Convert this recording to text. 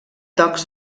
tocs